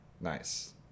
Nice